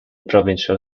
provincial